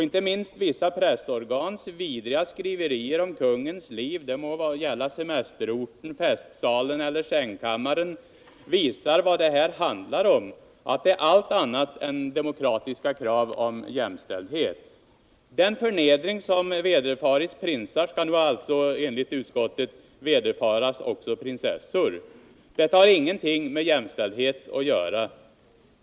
Inte minst vissa pressorgans ivriga skriverier om kungens liv —- det må gälla semesterorten, festsalen eller sängkammaren — visar vad det här handlar om och att det är allt annat än demokratiska krav på jämställdhet. Den förnedring som vederfarits prinsar skall alltså enligt utskottet nu också vederfaras prinsessor. Detta har ingenting med jämställdhet att göra.